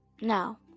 Now